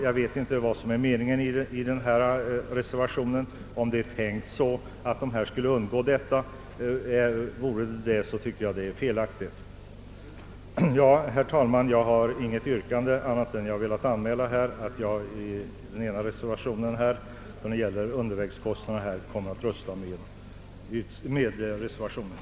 Jag vet inte vad som avses med denna reservation. Är avsikten att kommunerna skall undgå att betala, anser jag det vara felaktigt. Herr talman! Jag har inget yrkande. Jag har endast velat anmäla att jag kommer att rösta för den reservation som gäller täckning av undervägskostnaderna och i övrigt med utskottets förslag.